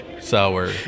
sour